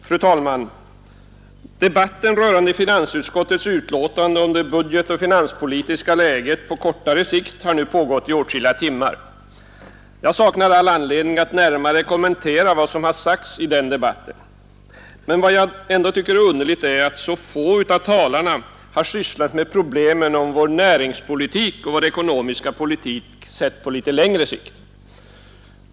Fru talman! Debatten rörande finansutskottets betänkande om det budgetoch finanspolitiska läget på kort sikt har nu pågått i åtskilliga timmar. Jag saknar all anledning att närmare kommentera det som har sagts i den debatten. Vad jag dock tycker är underligt är att så få av talarna har sysslat med problemen om vår näringspolitik och vår ekonomiska politik, sett på litet längre sikt.